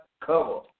cover